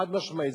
חד-משמעית.